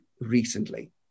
recently